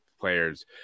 players